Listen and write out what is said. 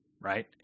right